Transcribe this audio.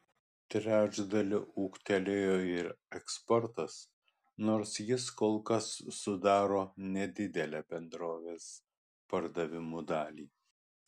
trečdaliu ūgtelėjo ir eksportas nors jis kol kas sudaro nedidelę bendrovės pardavimų dalį